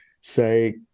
say